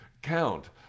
count